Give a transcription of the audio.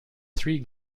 three